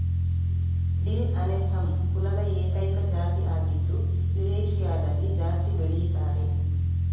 dill Anethum ಕುಲದ ಏಕೈಕ ಜಾತಿ ಆಗಿದ್ದು ಯುರೇಷಿಯಾದಲ್ಲಿ ಜಾಸ್ತಿ ಬೆಳೀತಾರೆ